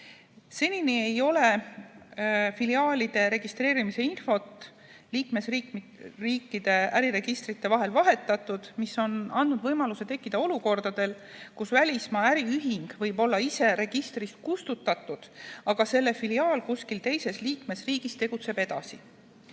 Senini ei ole filiaalide registreerimise infot liikmesriikide äriregistrite vahel vahetatud, mis on andnud võimaluse tekkida olukordadel, kus välismaa äriühing võib olla ise registrist kustutatud, aga selle filiaal kuskil teises liikmesriigis tegutseb edasi.